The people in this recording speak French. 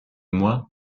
moi